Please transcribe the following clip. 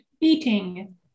Eating